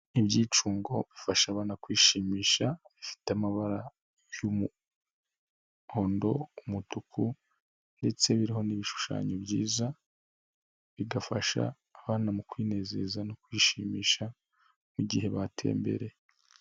Ibyicungo bifasha abana kwishimisha bifite amabara y'umuhondo, umutuku ndetse biriho n'ibishushanyo byiza bigafasha abana mu kwinezeza no kwishimisha mu gihe batembereye.